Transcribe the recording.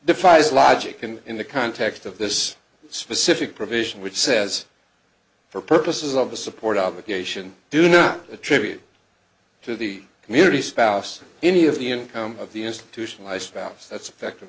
defies logic and in the context of this specific provision which says for purposes of the support obligation do not attribute to the community spouse any of the income of the institutionalized spouse that's affected